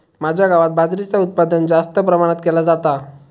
माझ्या गावात बाजरीचा उत्पादन जास्त प्रमाणात केला जाता